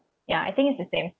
ya I think it's the same